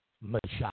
Machado